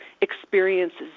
experiences